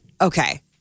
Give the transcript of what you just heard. Okay